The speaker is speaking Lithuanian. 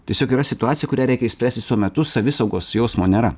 tiesiog yra situacija kurią reikia išspręsti tuo metu savisaugos jausmo nėra